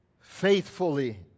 faithfully